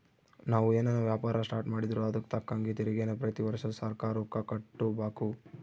ನಾವು ಏನನ ವ್ಯಾಪಾರ ಸ್ಟಾರ್ಟ್ ಮಾಡಿದ್ರೂ ಅದುಕ್ ತಕ್ಕಂಗ ತೆರಿಗೇನ ಪ್ರತಿ ವರ್ಷ ಸರ್ಕಾರುಕ್ಕ ಕಟ್ಟುಬಕು